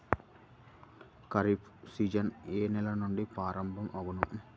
Kharif season ఏ నెల నుండి ప్రారంభం అగును?